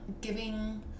giving